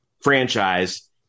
franchise